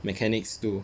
mechanics two